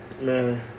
man